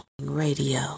radio